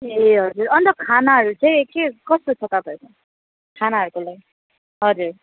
ए हजुर अन्त खानाहरू चाहिँ के कस्तो छ तपाईँहरूको खानाहरूको लागि हजुर